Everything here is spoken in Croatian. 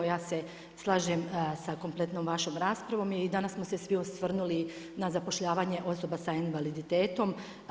Ja se slažem sa kompletnom vašom raspravom i danas smo se svi osvrnuli na zapošljavanje osoba s invaliditetom.